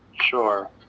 Sure